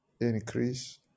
increase